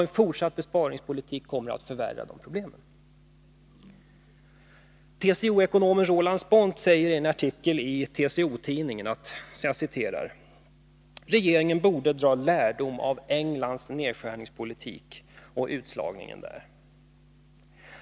En fortsatt besparingspolitik kommer att förvärra problemen. TCO-ekonomen Roland Spånt säger i en artikel i TCO-tidningen: ”Regeringen borde dra lärdom av Englands nedskärningspolitik och utslagningen där.